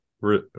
right